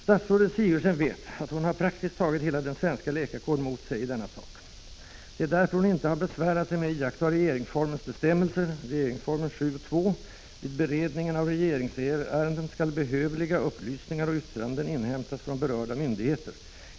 Statsrådet Sigurdsen vet att hon har praktiskt taget hela den svenska läkarkåren emot sig i denna sak. Det är därför hon inte har besvärat sig med att iaktta bestämmelsen i 7 kap. 2 § regeringsformen: ”Vid beredningen av regeringsärenden skall behövliga upplysningar och yttranden inhämtas från berörda myndigheter.